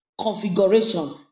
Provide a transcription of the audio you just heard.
configuration